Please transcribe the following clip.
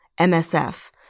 MSF